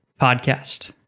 podcast